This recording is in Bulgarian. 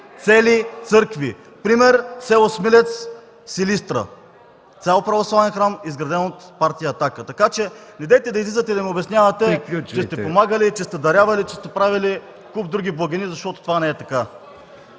цели църкви. Пример – село Смилец, Силистра. Цял православен храм, изграден от партия „Атака”, така че недейте да излизате и да ни обяснявате, че сте помагали, че сте дарявали, че сте правили куп други благини, защото това не е така.